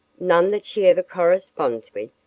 none that she ever corresponds with?